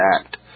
act